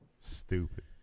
stupid